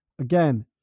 again